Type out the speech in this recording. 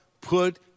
Put